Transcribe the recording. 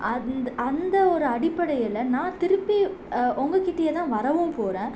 அந் அந்த ஒரு அடிப்படையில் நான் திருப்பியும் உங்கக்கிட்டயே தான் வரவும் போகிறேன்